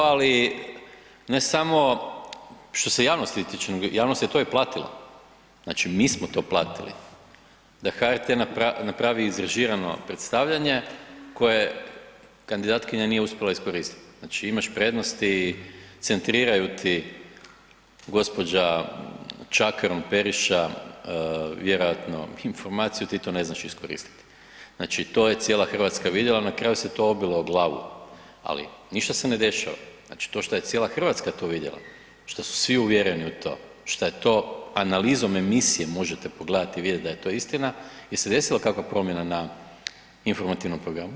Hvala lijepo, ali ne samo što se javnosti tiče, nego javnost je to i platila, znači mi smo to platili da HRT napravi izrežirano predstavljanje koje kandidatkinja nije uspjela iskoristit, znači imaš prednosti, centriraju ti gđa. Čakarun Periša vjerojatno informaciju ti to ne znaš iskoristiti, znači to je cijela RH vidjela, na kraju se to obilo o glavu, ali ništa se ne dešava, znači to šta je cijela RH to vidjela, šta su svi uvjereni u to, šta je to analizom emisije možete pogledat i vidjet da je to istina, jel se desila kakva promjena na informativnom programu?